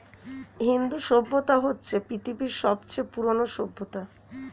হিন্দু সভ্যতা হচ্ছে পৃথিবীর সবচেয়ে পুরোনো সভ্যতা